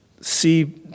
see